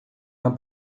uma